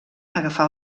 agafar